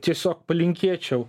tiesiog palinkėčiau